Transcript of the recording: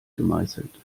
gemeißelt